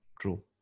True